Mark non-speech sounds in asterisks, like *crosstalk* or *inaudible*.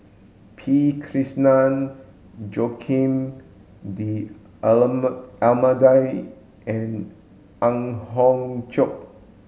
P Krishnan Joaquim D *unintelligible* Almeida and Ang Hiong Chiok